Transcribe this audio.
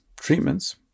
treatments